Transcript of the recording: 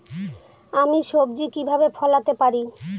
আমি সবজি কিভাবে ফলাতে পারি?